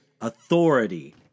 authority